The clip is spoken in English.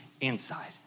inside